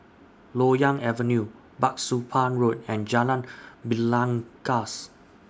Loyang Avenue Bah Soon Pah Road and Jalan Belangkas